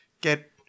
get